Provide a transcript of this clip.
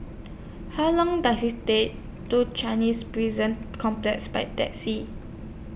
How Long Does IT Take to Chinese Prison Complex By Taxi